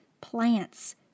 plants